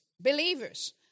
believers